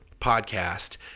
podcast